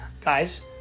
guys